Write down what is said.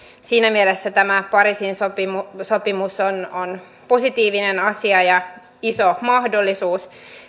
siinä mielessä tämä pariisin sopimus sopimus on on positiivinen asia ja iso mahdollisuus